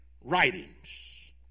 writings